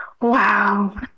wow